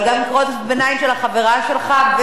וגם קריאות הביניים של החברה שלך,